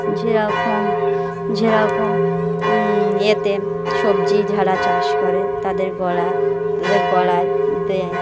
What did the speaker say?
যেরকম যেরকম এতে সবজি যারা চাষ করে তাদের গোড়ায় তাদের গোড়ায় দেয়